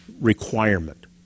requirement